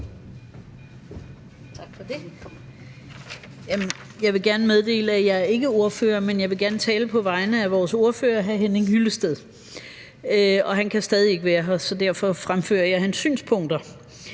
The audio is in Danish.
Jeg vil gerne meddele, at jeg ikke er ordfører, men jeg vil gerne tale på vegne af vores ordfører, hr. Henning Hyllested. Han kan stadig ikke være her, så derfor fremfører jeg hans synspunkter.